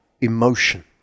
emotion